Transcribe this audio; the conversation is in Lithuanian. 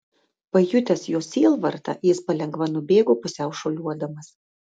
pajutęs jos sielvartą jis palengva nubėgo pusiau šuoliuodamas